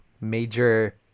major